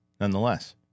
Nonetheless